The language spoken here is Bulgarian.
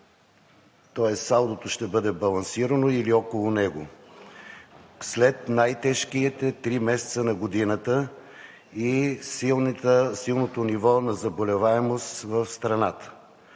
тоест салдото ще бъде балансирано или около него, след най тежките три месеца на годината и силното ниво на заболеваемост в страната.